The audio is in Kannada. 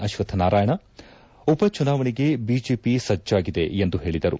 ಅಶ್ವತ್ದ್ ನಾರಾಯಣ ಉಪಚುನಾವಣೆಗೆ ಬಿಜೆಪಿ ಸಜ್ಣಾಗಿದೆ ಎಂದು ಹೇಳಿದರು